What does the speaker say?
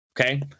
Okay